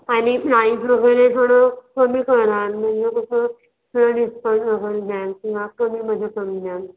आणि प्राईज वगैरे थोडं कमी करा म्हणजे कसं थोडं डिस्काउंट वगैरे द्याल किंवा कमीमध्ये करून द्याल